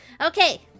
Okay